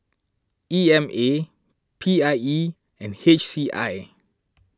E M A P I E and H C I